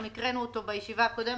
גם הקראנו אותו הקודמת.